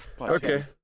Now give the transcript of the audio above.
Okay